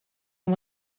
and